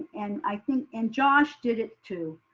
and i think and josh did it too.